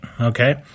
okay